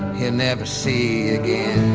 he'll never see again.